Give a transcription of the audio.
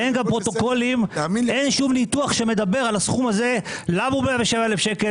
ואין בפרוטוקולים שום ניתוח שמדבר על למה הסכום הזה הוא 107,000 ₪,